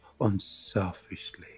unselfishly